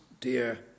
dear